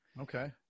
Okay